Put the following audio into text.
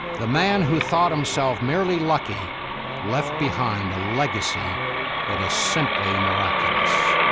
the man who thought himself merely lucky left behind a legacy that is simply miraculous.